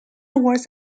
was